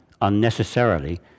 unnecessarily